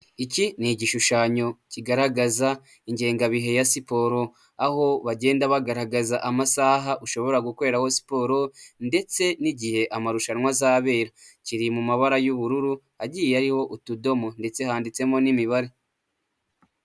Iki ni igishushanyo kigaragaza ingengabihe ya siporo aho bagenda bagaragaza amasaha ushobora gukoreraho siporo ndetse n'igihe amarushanwa azabera, kiri mu mabara y'ubururu agiye ariho utudomo ndetse handitsemo n'imibare.